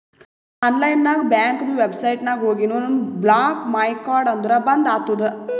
online ನಾಗ್ ಬ್ಯಾಂಕ್ದು website ನಾಗ್ ಹೋಗಿನು ಬ್ಲಾಕ್ ಮೈ ಕಾರ್ಡ್ ಅಂದುರ್ ಬಂದ್ ಆತುದ